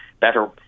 better